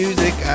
Music